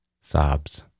sobs